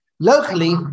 Locally